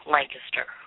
Lancaster